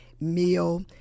meal